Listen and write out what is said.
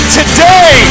today